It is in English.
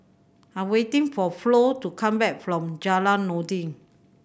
I'm waiting for Flo to come back from Jalan Noordin